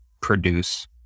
produce